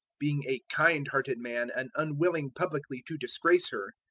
being a kind-hearted man and unwilling publicly to disgrace her,